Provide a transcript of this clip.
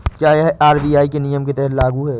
क्या यह आर.बी.आई के नियम के तहत लागू है?